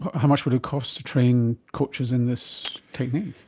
how much would it cost to train coaches in this technique?